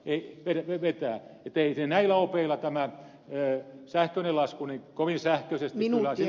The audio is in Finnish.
että ei se näillä opeilla tämä työ ei sähkölaskuni kuin sähköiset minullakin